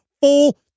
full-